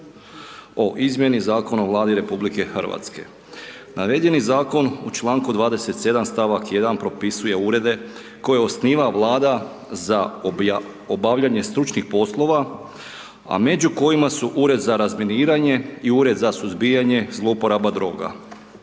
o izmjeni Zakona o Vladi RH. Navedeni Zakon u čl. 27. st. 1. propisuje urede koje osniva Vlada za obavljanje stručnih poslova, a među kojima su Ured za razminiranje i Ured za suzbijanje zlouporaba droga.